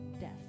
death